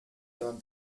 dann